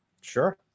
Sure